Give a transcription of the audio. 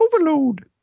overload